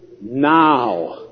Now